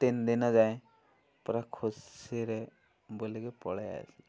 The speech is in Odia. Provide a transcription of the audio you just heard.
ତିନ ଦିନ ଯାଏ ପୁରା ଖୁସିରେ ବୋଲିକି ପଳେଇ ଆସି